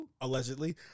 allegedly